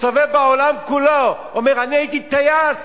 מסתובב בעולם כולו ואומר: אני הייתי טייס.